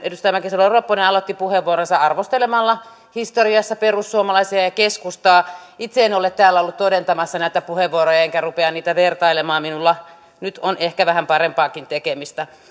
edustaja mäkisalo ropponen aloitti puheenvuoronsa arvostelemalla historiassa perussuomalaisia ja keskustaa itse en ole täällä ollut todentamassa näitä puheenvuoroja enkä rupea niitä vertailemaan minulla nyt on ehkä vähän parempaakin tekemistä